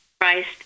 Christ